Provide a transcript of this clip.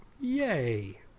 Yay